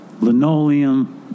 Linoleum